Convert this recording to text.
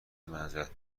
معذرت